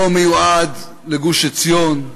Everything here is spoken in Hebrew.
לא מיועד לגוש-עציון,